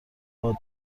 باد